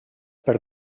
per